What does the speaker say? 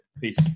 Peace